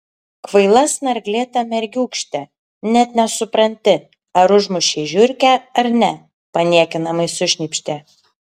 kvaila snarglėta mergiūkšte net nesupranti ar užmušei žiurkę ar ne paniekinamai sušnypštė